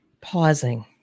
pausing